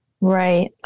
Right